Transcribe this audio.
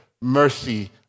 mercy